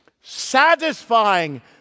satisfying